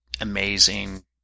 amazing